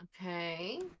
Okay